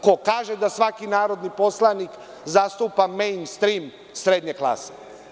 Ko kaže da svaki narodni poslanik zastupa „mein strim“ srednje klase?